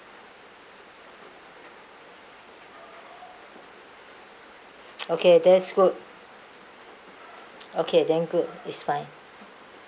okay that's good okay then good it's fine